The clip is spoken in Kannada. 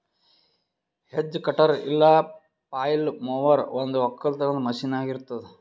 ಹೆಜ್ ಕಟರ್ ಇಲ್ಲ ಪ್ಲಾಯ್ಲ್ ಮೊವರ್ ಒಂದು ಒಕ್ಕಲತನದ ಮಷೀನ್ ಆಗಿರತ್ತುದ್